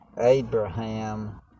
Abraham